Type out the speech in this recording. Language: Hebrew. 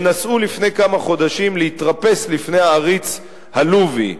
שנסעו לפני כמה חודשים להתרפס לפני העריץ הלובי.